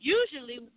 usually